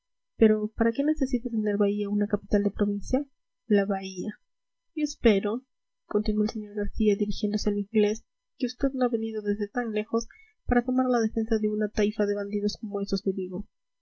pero para qué necesita tener bahía una capital de provincia la bahía yo espero continuó el sr garcía dirigiéndose al inglés que usted no ha venido desde tan lejos para tomar la defensa de una taifa de bandidos como esos de vigo